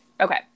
Okay